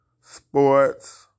sports